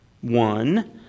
one